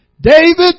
David